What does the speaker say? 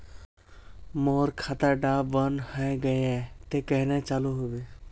मोर खाता डा बन है गहिये ते कन्हे चालू हैबे?